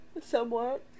Somewhat